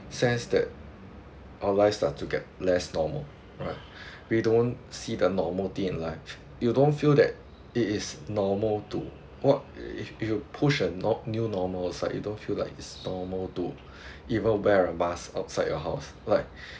sense that our lives are to get less normal right we don't see the normal thing in life you don't feel that it is normal to what you you push a no new normal side you don't feel like is normal to even wear a mask outside your house like